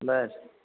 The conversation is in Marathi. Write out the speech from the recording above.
बर